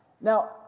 Now